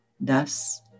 Thus